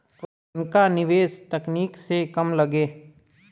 पुरनका निवेस तकनीक से कम लगे